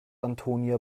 antonia